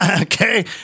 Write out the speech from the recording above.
Okay